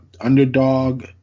underdog